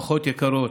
משפחות יקרות,